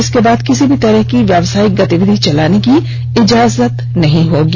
उसके बाद किसी भी तरह की व्यवसायिक गतिविधि चलाने की इजाजत नहीं होगी